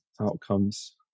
outcomes